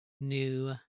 new